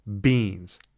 BEANS